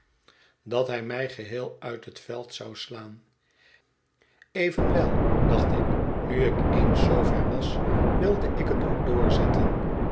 dat hij mij geheel uit het veld zou slaan evenwel dacht ik nu ik eens zoo ver was wilde ik het ook doorzetten